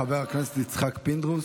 חבר הכנסת יצחק פינדרוס,